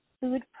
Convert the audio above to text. food